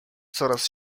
coraz